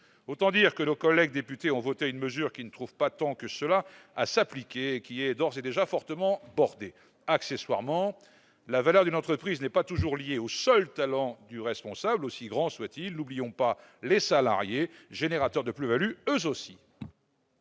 Autant dire que nos collègues députés ont voté une mesure qui ne trouvera pas tant que cela à s'appliquer et dont l'impact sera fortement limité. Accessoirement, la valeur d'une entreprise n'est pas toujours liée au seul talent de son responsable, aussi grand soit-il. N'oublions pas les salariés, qui sont eux aussi